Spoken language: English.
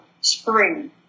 spring